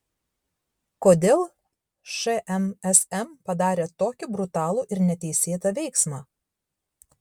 kodėl šmsm padarė tokį brutalų ir neteisėtą veiksmą